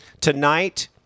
Tonight